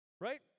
Right